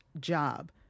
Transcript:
job